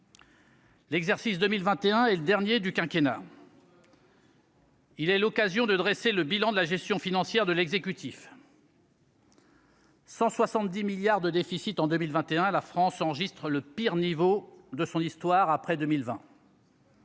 L'exercice 2021 et le dernier du quinquennat. Il est l'occasion de dresser le bilan de la gestion financière de l'exécutif. 170 milliards de déficit en 2021, la France enregistre le pire niveau de son histoire après 2020.